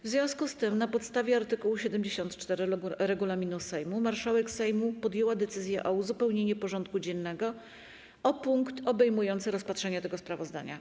W związku z tym, na podstawie art. 74 regulaminu Sejmu, marszałek Sejmu podjęła decyzję o uzupełnieniu porządku dziennego o punkt obejmujący rozpatrzenie tego sprawozdania.